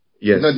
Yes